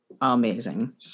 amazing